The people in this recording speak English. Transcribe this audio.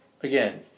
again